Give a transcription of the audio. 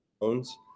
phones